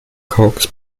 cox